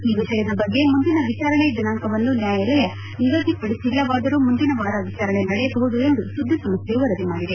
ಈ ವಿಷಯದ ಬಗ್ಗೆ ಮುಂದಿನ ವಿಚಾರಣೆ ದಿನಾಂಕವನ್ನು ನ್ಯಾಯಾಲಯ ನಿಗದಿಪಡಿಸಿಲ್ಲವಾದರೂ ಮುಂದಿನ ವಾರ ವಿಚಾರಣೆ ನಡೆಯಬಹುದು ಎಂದು ಸುದ್ದಿಸಂಸ್ತೆ ವರದಿ ಮಾಡಿದೆ